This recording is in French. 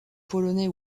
polonais